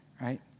right